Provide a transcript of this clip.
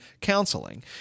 counseling